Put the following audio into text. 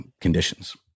conditions